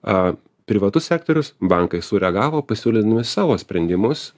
a privatus sektorius bankai sureagavo pasiūlydami savo sprendimus